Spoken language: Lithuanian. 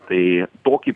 tai tokį